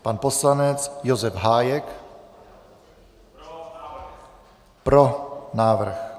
Pan poslanec Josef Hájek: Pro návrh.